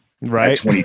Right